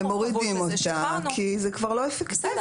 מורידים אותה כי זה כבר לא אפקטיבי,